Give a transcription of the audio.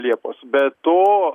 liepos be to